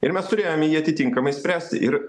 ir mes turėjome jį atitinkamai spręsti ir